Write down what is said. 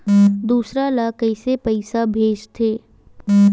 दूसरा ला कइसे पईसा भेजथे?